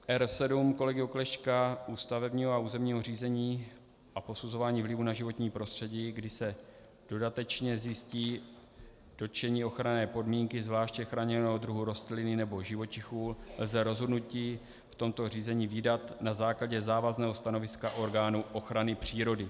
R7 kolegy Oklešťka, u stavebního a územního řízení a posuzování vlivu na životní prostředí, kdy se dodatečně zjistí dotčení ochranné podmínky u zvláště chráněného druhu rostliny nebo živočichů, lze rozhodnutí v tomto řízení vydat na základě závazného stanoviska orgánu ochrany přírody.